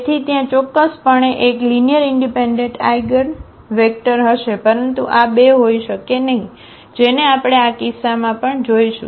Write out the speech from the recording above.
તેથી ત્યાં ચોક્કસપણે એક લીનીઅરઇનડિપેન્ડન્ટ આઇગનવેક્ટર હશે પરંતુ આ બે હોઈ શકે નહીં જેને આપણે આ કિસ્સામાં પણ જોશું